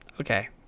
okay